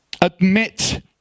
admit